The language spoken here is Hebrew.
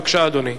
בבקשה, אדוני.